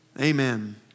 Amen